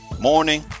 morning